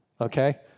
okay